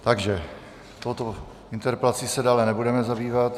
Takže touto interpelací se dále nebudeme zabývat.